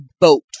boat